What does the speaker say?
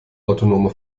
autonome